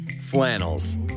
flannels